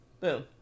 Boom